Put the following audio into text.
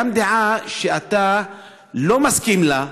גם דעה שאתה לא מסכים לה,